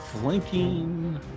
flanking